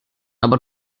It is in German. aber